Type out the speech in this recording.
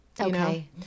Okay